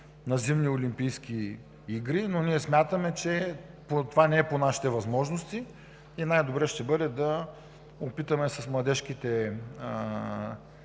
на зимни олимпийски игри, но ние смятаме, че това не е по нашите възможности и най-добре ще бъде да опитаме с младежките